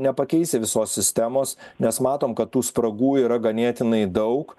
nepakeisi visos sistemos nes matom kad tų spragų yra ganėtinai daug